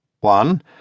One—